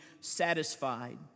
satisfied